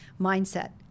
mindset